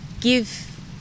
give